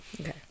Okay